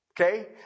okay